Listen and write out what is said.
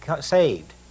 saved